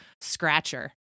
Scratcher